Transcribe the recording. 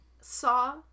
Saw